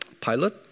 pilot